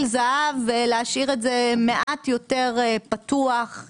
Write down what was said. זהב" ולהשאיר את זה מעט יותר פתוח,